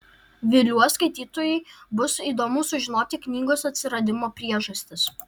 viliuos skaitytojui bus įdomu sužinoti knygos atsiradimo priežastis